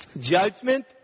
Judgment